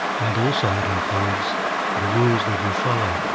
and also it includes the rules that we follow.